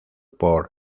por